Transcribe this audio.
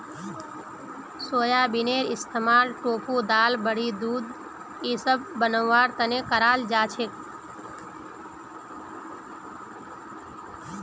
सोयाबीनेर इस्तमाल टोफू दाल बड़ी दूध इसब बनव्वार तने कराल जा छेक